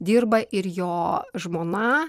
dirba ir jo žmona